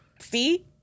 See